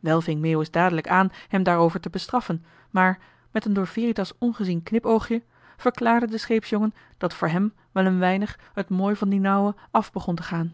been paddeltje de scheepsjongen van michiel de ruijter wel ving meeuwis dadelijk aan hem daarover te bestraffen maar met een door veritas ongezien knipoogje verklaarde de scheepsjongen dat voor hem wel een weinig het mooi van dien ouwe af begon te gaan